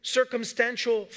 circumstantial